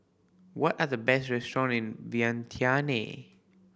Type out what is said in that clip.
what are the best restaurant in Vientiane